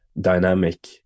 dynamic